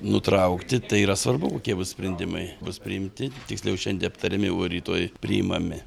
nutraukti tai yra svarbu kokie bus sprendimai bus priimti tiksliau šiandie aptariami o rytoj priimami